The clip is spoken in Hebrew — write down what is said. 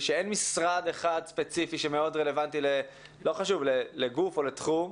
שאין משרד אחד ספציפי שמאוד רלוונטי לגוף או לתחום.